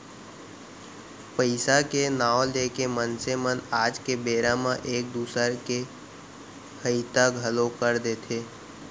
पइसा के नांव लेके मनसे मन आज के बेरा म एक दूसर के हइता घलौ कर देथे